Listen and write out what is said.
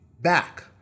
back